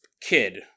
kid